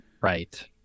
Right